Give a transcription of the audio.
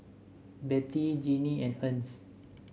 Bette Jinnie and Ernst